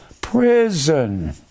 prison